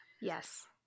yes